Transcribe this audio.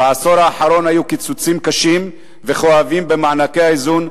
בעשור האחרון היו קיצוצים קשים וכואבים במענקי האיזון,